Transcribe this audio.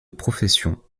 profession